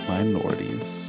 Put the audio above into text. Minorities